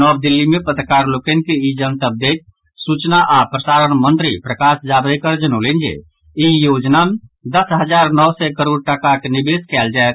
नव दिल्ली मे पत्रकार लोकनि के ई जनतब दैत सूचना आओर प्रसारण मंत्री प्रकाश जावड़ेकर जनौलनि जे ई योजना मे दस हजार नओ सय करोड़ टाकाक निवेश कयल जायत